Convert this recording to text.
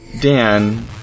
Dan